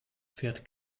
fährt